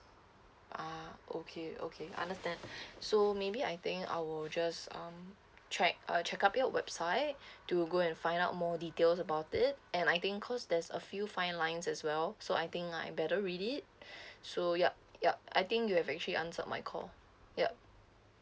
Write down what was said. ah okay okay understand so maybe I think I will just um check uh check up your website to go and find out more details about it and I think because there's a few fine lines as well so I think I better read it so yup yup I think you have actually answered my call yup